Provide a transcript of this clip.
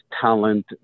talent